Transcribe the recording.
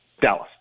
Dallas